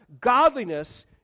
godliness